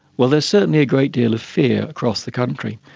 well, there is certainly a great deal of fear across the country.